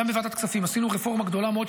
גם בוועדת כספים עשינו רפורמה גדולה מאוד,